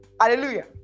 hallelujah